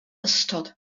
ystod